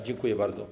Dziękuję bardzo.